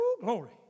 glory